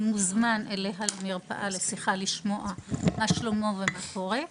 מוזמן אליה לשיחה כדי לשמוע מה שלומו ומה קורה,